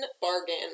bargain